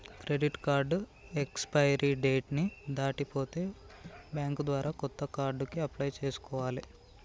credit card expiry date ని దాటిపోతే bank ద్వారా కొత్త కార్డుకి అప్లై చేసుకోవాలే